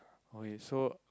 okay so